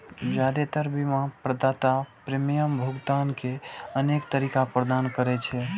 जादेतर बीमा प्रदाता प्रीमियम भुगतान के अनेक तरीका प्रदान करै छै